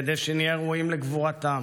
כדי שנהיה ראויים לגבורתם,